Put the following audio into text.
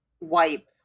wipe